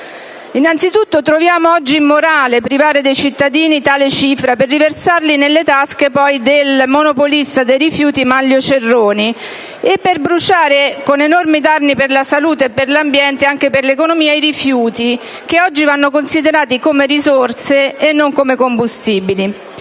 Innanzitutto, riteniamo che oggi sia immorale privare i cittadini di tale cifra per riversarla nelle tasche del monopolista dei rifiuti Manlio Cerroni e per bruciare - con enormi danni per la salute, per l'ambiente e anche per l'economia - i rifiuti che oggi vanno considerati come una risorsa e non come un combustibile.